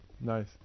Nice